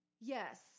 Yes